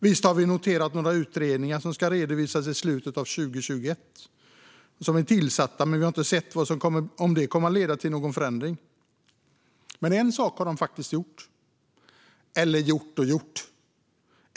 Visst har vi noterat att några utredningar som ska redovisas i slutet av 2021 har tillsatts, men vi har inte sett om detta kommer att leda till någon förändring. Men en sak har de faktiskt gjort - eller gjort och gjort.